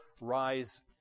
rise